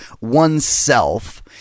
oneself